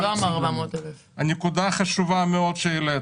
לא, הוא לא אמר 400,000. נקודה חשובה מאוד שהעלית.